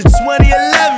2011